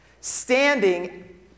standing